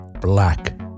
black